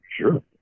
sure